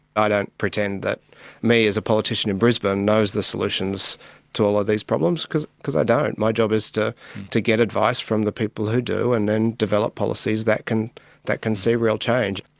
i don't pretend that me as a politician in brisbane knows the solutions to all of these problems, because because i don't. my job is to to get advice from the people who do, and then develop policies that can that can see real change.